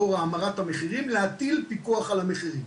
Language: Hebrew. לאור המרת המחירים להטיל פיקוח על המחירים.